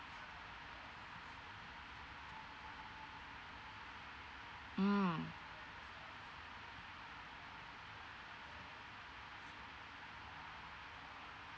mm